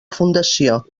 fundació